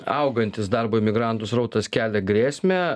augantis darbo imigrantų srautas kelia grėsmę